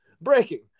Breaking